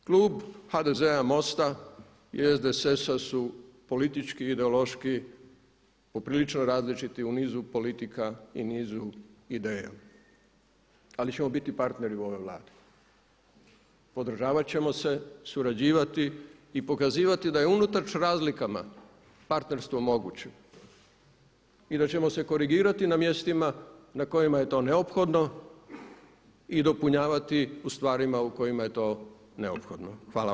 Na kraju, klub HDZ-a, MOST-a i SDSS-a su politički, ideološki poprilično različiti u niz politika i u nizu ideja, ali ćemo biti partneri u ovoj Vladi, podržavat ćemo se, surađivati i pokazivati da je unatoč razlikama partnerstvo moguće i da ćemo se korigirati na mjestima na kojima je to neophodno i dopunjavati u stvarima u kojima je to neophodno.